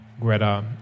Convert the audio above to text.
Greta